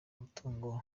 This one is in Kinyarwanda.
mutungo